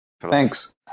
Thanks